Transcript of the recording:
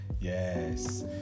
Yes